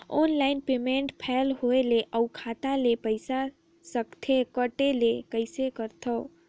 Online payment fail होय ले अउ खाता ले पईसा सकथे कटे ले कइसे करथव?